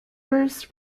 first